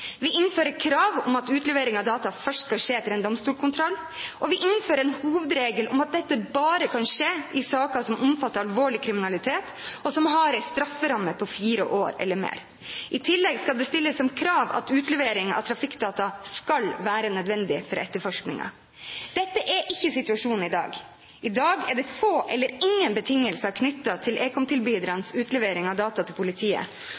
Vi innfører krav om at utlevering av data først skal skje etter en domstolskontroll, og vi innfører en hovedregel om at dette bare kan skje i saker som omfatter alvorlig kriminalitet, og som har en strafferamme på fire år eller mer. I tillegg skal det stilles som krav at utlevering av trafikkdata skal være nødvendig for etterforskningen. Dette er ikke situasjonen i dag. I dag er det få eller ingen betingelser knyttet til ekomtilbydernes utlevering av data til politiet,